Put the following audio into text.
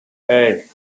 hey